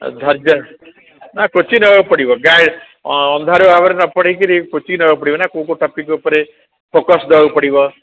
ଧୈର୍ଯ୍ୟ ନା କୋଚିଂ ନେବାକୁ ପଡ଼ିବ ଗାଁ ଅନ୍ଧାରୁଆ ଭାବରେ ନପଢ଼ିକି କୋଚିଙ୍ଗ ନେବାକୁ ପଡ଼ିବ କୋଉ କୋଉ ଟପିକ୍ ଉପରେ ଫୋକସ ଦେବାକୁ ପଡ଼ିବ